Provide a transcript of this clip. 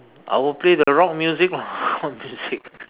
I will play the rock music lah rock music